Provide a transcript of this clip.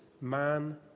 man